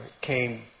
came